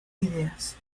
ideas